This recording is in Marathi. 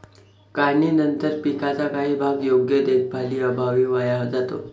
काढणीनंतर पिकाचा काही भाग योग्य देखभालीअभावी वाया जातो